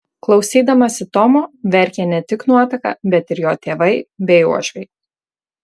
klausydamasi tomo verkė ne tik nuotaka bet ir jo tėvai bei uošviai